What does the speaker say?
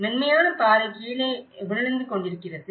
மென்மையான பாறை கீழே விழுந்து கொண்டே இருக்கிறது